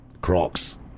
Crocs